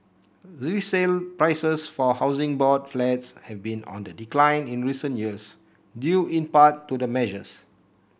resale prices for Housing Board Flats have been on the decline in recent years due in part to the measures